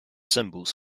symbols